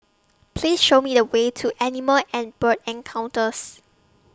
Please Show Me The Way to Animal and Bird Encounters